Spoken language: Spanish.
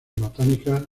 botánicas